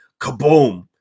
kaboom